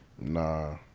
nah